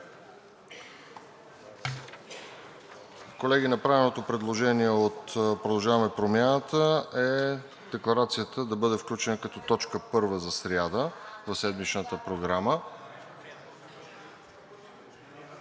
Колеги, направеното предложение от „Продължаваме Промяната“ е Декларацията да бъде включена като т. 1 за сряда за седмичната Програма.